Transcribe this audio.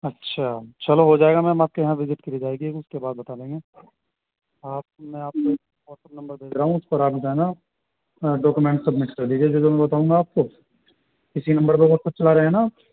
اچھا چلو ہو جائے گا میم آپ کے یہاں وزٹ کری جائے گی اس کے بعد بتا دیں گے آپ میں آپ کو واٹسپ نمبر بھیج رہا ہوں اس پر آپ جو ہے نا ڈاکومینٹ سبمٹ کر دیجیے جو جو میں بتاؤں گا آپ کو اسی نمبر پہ وسسیپ چلا رہے ہیں نا